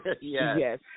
Yes